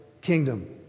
kingdom